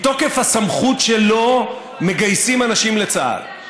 מתוקף הסמכות שלו מגייסים אנשים לצה"ל,